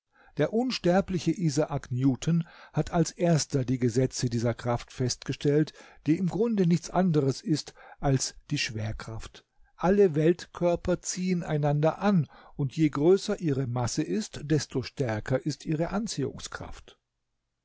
der unsterbliche isaak newton hat als erster die gesetze dieser kraft festgestellt die im grunde nichts anderes ist als die schwerkraft alle weltkörper ziehen einander an und je größer ihre masse ist desto stärker ist ihre anziehungskraft